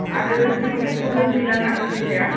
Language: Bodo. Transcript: आरो जेबोथ' फ्रब्लेम गैलाना देहाया